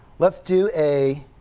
let's do a